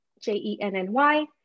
J-E-N-N-Y